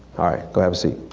ah right go have a seat,